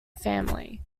family